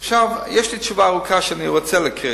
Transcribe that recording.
יש לי תשובה ארוכה שאני רוצה להקריא,